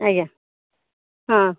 ଆଜ୍ଞା ହଁ